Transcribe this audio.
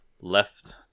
left